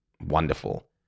wonderful